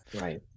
Right